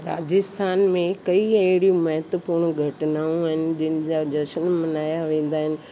राजस्थान में कई अहिड़ियूं महत्वपूर्ण घटनाऊं आहिनि जिन जा जशन मल्हाया वेंदा आहिनि